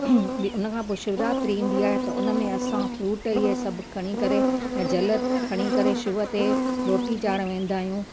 उनखां पोइ शिवरात्री ईंदी आहे त उनमें असां फ़्रूट इअ सभु खणी करे ऐं जलु खणी करे शिव ते लोटी चाढ़ण वेंदा आहियूं